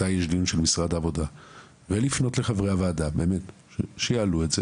מתי יש דיון שקשור למשרד העבודה ולפנות לחברי הוועדה שיעלו את זה